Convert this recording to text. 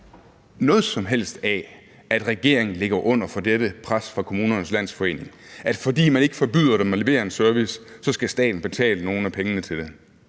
noget som helst af, at regeringen ligger under for dette pres fra Kommunernes Landsforening, altså at fordi man ikke forbyder dem at levere en service, så skal staten betale nogle af pengene til det.